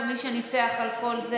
ומי שניצח על כל זה,